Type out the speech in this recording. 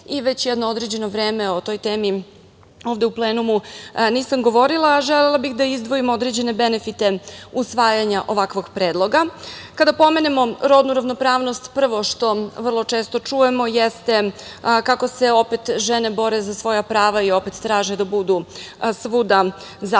i već jedno određeno vreme o toj temi ovde u plenumu nisam govorila, a želela bih da izdvojim određene benefite usvajanja ovakvog predloga. Kada pomenemo rodnu ravnopravnost, prvo što vrlo često čujemo jeste kako se opet žene bore za svoja prava i opet traže da budu svuda zastupljene.